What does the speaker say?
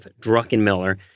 Druckenmiller